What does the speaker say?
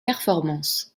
performances